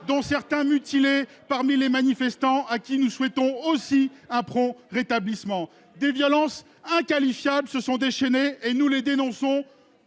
dont certains mutilés. Parmi les manifestants à qui nous souhaitons aussi un prompt rétablissement des violences inqualifiables se sont déchaînés et nous les dénonçons